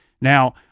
Now